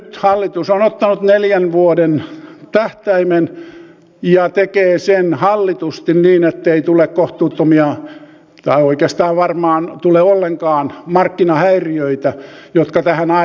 nyt hallitus on ottanut neljän vuoden tähtäimen ja tekee sen hallitusti niin ettei tule kohtuuttomia tai oikeastaan ei varmaan tule ollenkaan markkinahäiriöitä jotka tähän aina liittyvät